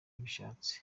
bishatse